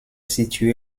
située